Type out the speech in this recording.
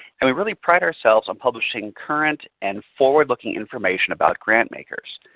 and we really pride ourselves on publishing current and forward-looking information about grant makers.